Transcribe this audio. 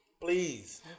Please